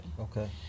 Okay